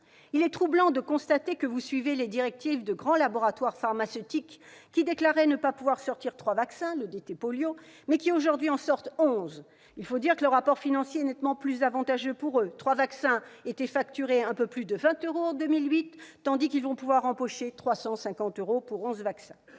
Il est troublant de constater que vous suivez les directives de grands laboratoires pharmaceutiques qui déclaraient ne pas pouvoir sortir trois vaccins- le DT-Polio -, mais qui aujourd'hui en sortent onze ! Il faut dire que le rapport financier est nettement plus avantageux pour eux : trois vaccins étaient facturés un peu plus de 20 euros en 2008 tandis qu'ils pourront aujourd'hui empocher 350 euros pour onze vaccins